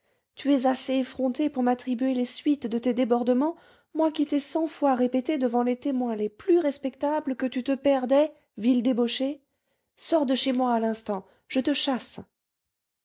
tu es assez effrontée pour m'attribuer les suites de tes débordements moi qui t'ai cent fois répété devant les témoins les plus respectables que tu te perdais vile débauchée sors de chez moi à l'instant je te chasse